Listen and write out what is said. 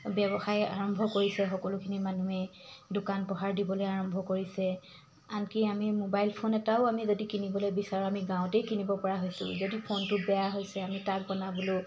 ব্যৱসায় আৰম্ভ কৰিছে সকলোখিনি মানুহে দোকান পোহাৰ দিবলৈ আৰম্ভ কৰিছে আনকি আমি মোবাইল ফোন এটাও আমি যদি কিনিবলৈ বিচাৰোঁ আমি গাঁৱতেই কিনিব পৰা হৈছোঁ যদি ফোনটো বেয়া হৈছে আমি তাক বনাবলৈও